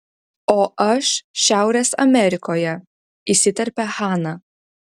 o aš šiaurės amerikoje įsiterpia hana